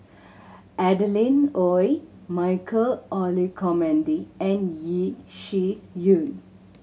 Adeline Ooi Michael Olcomendy and Yeo Shih Yun